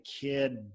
kid